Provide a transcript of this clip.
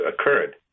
occurred